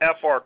FR